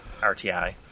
RTI